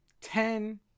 Ten